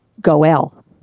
Goel